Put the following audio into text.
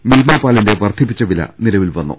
മിൽമാ പാലിന്റെ വർദ്ധിപ്പിച്ച വില നിലവിൽ വന്നു